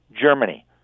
Germany